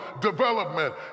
development